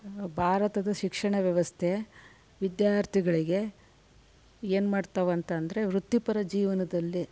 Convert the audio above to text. ಭಾರತದ ಶಿಕ್ಷಣ ವ್ಯವಸ್ಥೆ ವಿದ್ಯಾರ್ಥಿಗಳಿಗೆ ಏನು ಮಾಡ್ತಾವಂತಂದರೆ ವೃತ್ತಿಪರ ಜೀವನದಲ್ಲಿ